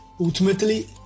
ultimately